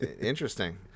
Interesting